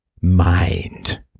mind